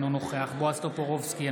אינו נוכח בועז טופורובסקי,